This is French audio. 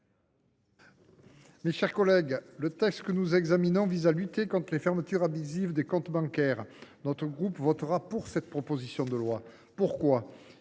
mes chers collègues, le texte que nous examinons vise à lutter contre les fermetures abusives de comptes bancaires. Notre groupe votera pour cette proposition de loi. Pourquoi ?